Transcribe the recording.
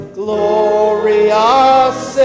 glorious